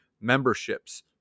memberships